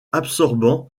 absorbant